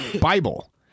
Bible